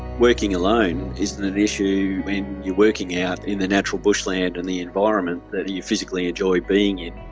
working alone isn't an issue when you're working out in the natural bushland, in the environment that you physically enjoyed being in.